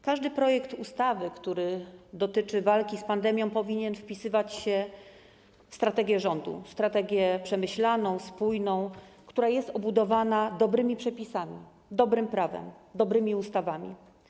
Każdy projekt ustawy, który dotyczy walki z pandemią, powinien wpisywać się w strategię rządu, w strategię przemyślaną, spójną, która jest obudowana dobrymi przepisami, dobrym prawem, dobrymi ustawami.